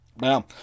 Now